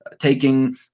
taking